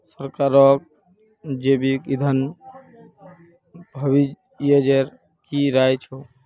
सरकारक जैविक ईंधन भविष्येर की राय छ